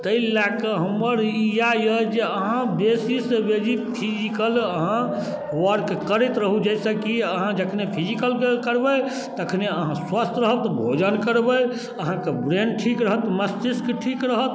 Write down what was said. ताहि लऽ कऽ हमर ई इएह अइ जे अहाँ बेसीसँ बेसी फिजिकल अहाँ वर्क करैत रहू जाहिसँकि अहाँ जखने फिजिकल करबै तखने अहाँ स्वस्थ रहब तऽ भोजन करबै अहाँके ब्रेन ठीक रहत मस्तिष्क ठीक रहत